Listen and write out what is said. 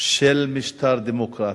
של משטר דמוקרטי.